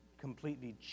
completely